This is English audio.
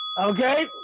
Okay